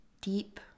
deep